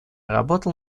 работал